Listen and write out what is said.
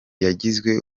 yagizwe